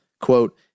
Quote